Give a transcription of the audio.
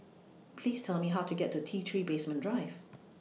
Please Tell Me How to get to T three Basement Drive